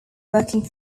working